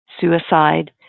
suicide